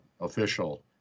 official